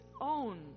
own